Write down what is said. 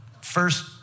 first